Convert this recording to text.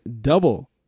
double